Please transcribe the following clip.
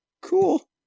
Cool